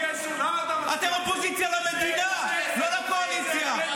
אתם אופוזיציה למדינה, לא לקואליציה.